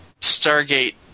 Stargate